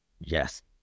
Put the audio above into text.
Yes